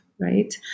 right